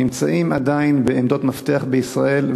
נמצאים עדיין בעמדות מפתח בישראל,